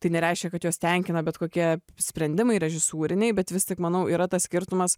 tai nereiškia kad juos tenkina bet kokie sprendimai režisūriniai bet vis tik manau yra tas skirtumas